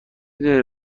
دونم